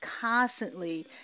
constantly